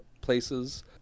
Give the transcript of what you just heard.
places